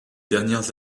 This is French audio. dernières